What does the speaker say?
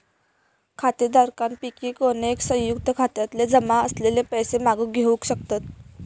खातेधारकांपैकी कोणय, संयुक्त खात्यातले जमा असलेले पैशे मागे घेवक शकतत